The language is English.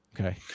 Okay